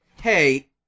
hey